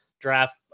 draft